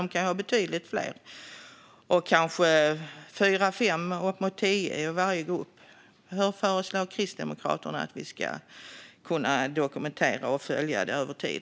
De kan ha betydligt fler, kanske uppemot tio i varje grupp. Hur föreslår Kristdemokraterna att vi ska dokumentera detta och följa det över tid?